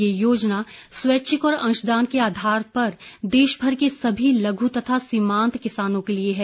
यह योजना स्वैच्छिक और अंशदान के आधार पर देशभर के सभी लघु तथा सीमांत किसानों के लिए है